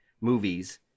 movies